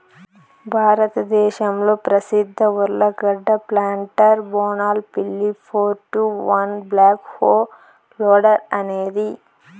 భారతదేశంలో ప్రసిద్ధ ఉర్లగడ్డ ప్లాంటర్ బోనాల్ పిల్లి four two one backhoe loader అనేది